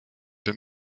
den